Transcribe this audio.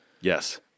Yes